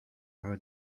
her